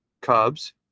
Cubs